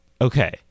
Okay